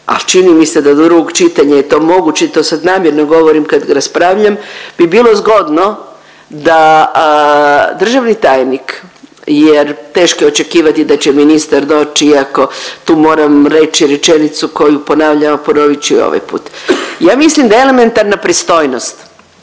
a čini mi se da do drugog čitanja je to moguće i to sad namjerno govorim kad raspravljam bi bilo zgodno da državni tajnik jer teško je očekivati da će ministar doći iako tu moram reći rečenicu koju ponavljam, a ponovit ću i ovaj put. Ja mislim da je elementarna pristojnost